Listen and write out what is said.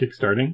kickstarting